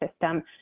system